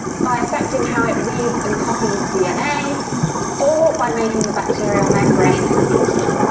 by affecting how it reads and copies dna or by making the bacterial membrane leaky.